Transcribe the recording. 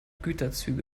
güterzüge